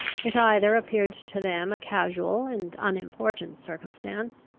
it either appeared to them a casual and unimportant circumstance,